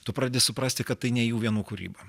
tu pradedi suprasti kad tai ne jų vienų kūryba